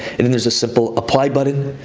and then there's a simple apply button,